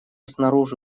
снаружи